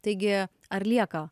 taigi ar lieka